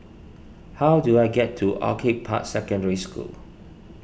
how do I get to Orchid Park Secondary School